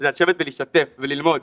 זה לשבת ולהשתתף וללמוד